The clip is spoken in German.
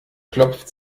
klopft